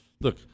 look